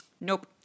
nope